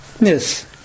yes